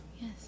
Yes